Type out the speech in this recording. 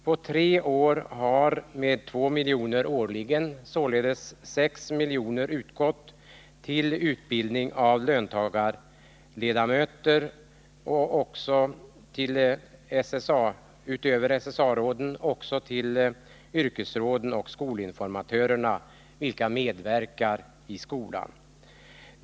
På tre år har med 2 miljoner årligen således 6 miljoner utgått till utbildning av löntagarledamöter, alltså inte bara i SSA-råden utan också i yrkesråden, och av de skolinformatörer som medverkar i skolan.